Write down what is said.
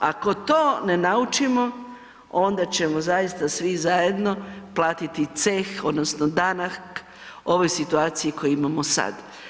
Ako to ne naučimo onda ćemo zaista svi zajedno platiti ceh odnosno danak ovoj situaciji koju imamo sad.